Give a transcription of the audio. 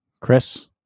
Chris